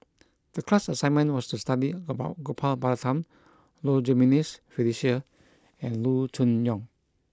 the class assignment was to study about Gopal Baratham Low Jimenez Felicia and Loo Choon Yong